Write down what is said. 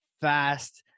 fast